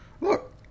look